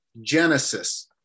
Genesis